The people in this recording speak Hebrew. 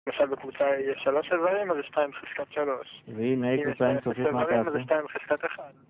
למשל בקבוצה יש 3 איברים אז זה 2 בחזקת 3. ??? אז זה 2 בחזקת 1